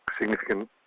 significant